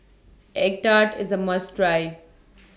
Egg Tart IS A must Try